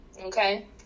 Okay